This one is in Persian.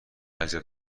اذیت